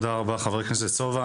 תודה רבה, חבר הכנסת סובה.